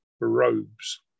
robes